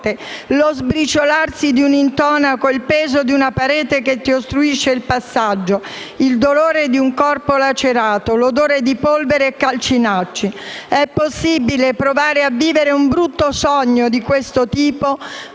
lo sbriciolarsi di un intonaco, il peso di una parete che ti ostruisce il passaggio, il dolore di un corpo lacerato, l'odore di polvere e calcinacci. È possibile provare a vivere un brutto sogno di questo tipo,